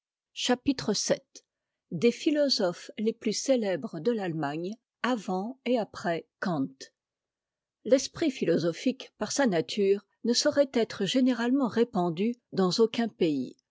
chapitre vil des philosophes les plus célèbres de e ka me avant et après kant l'esprit philosophique par sa nature ne saurait être généralement répandu dans aucun pays